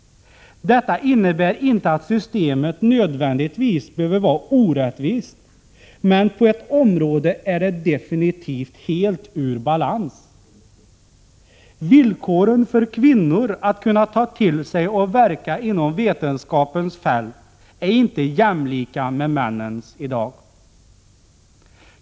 Detta innebär inte att systemet nödvändigtvis behöver vara orättvist, men på ett område är det definitivt helt ur balans. Villkoren för kvinnor att kunna ta till sig och verka inom vetenskapens fält är inte jämlika med männens i dag.